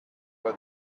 why